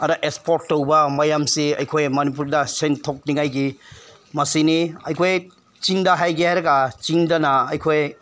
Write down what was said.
ꯑꯗ ꯑꯦꯛꯁꯄꯣꯔꯠ ꯇꯧꯕ ꯃꯌꯥꯝꯁꯦ ꯑꯩꯈꯣꯏ ꯃꯅꯤꯄꯨꯔꯗ ꯁꯦꯟ ꯊꯣꯛꯅꯤꯡꯉꯥꯏꯒꯤ ꯃꯁꯤꯅꯤ ꯑꯩꯈꯣꯏ ꯆꯤꯡꯗ ꯍꯥꯏꯒꯦ ꯍꯥꯏꯔꯒ ꯆꯤꯡꯗꯅ ꯑꯩꯈꯣꯏ